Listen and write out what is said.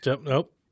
Nope